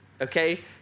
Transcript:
Okay